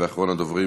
ואחרון הדוברים,